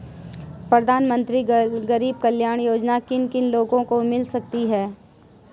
प्रधानमंत्री गरीब कल्याण योजना किन किन लोगों को मिल सकती है?